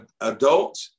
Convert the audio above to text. adult